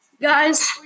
Guys